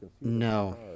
No